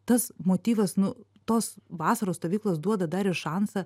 tas motyvas nu tos vasaros stovyklos duoda dar ir šansą